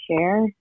share